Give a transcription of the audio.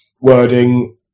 wording